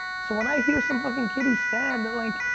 so when i hear some fucking kid who's sad i'm and like,